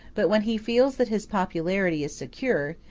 but when he feels that his popularity is secure,